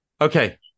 okay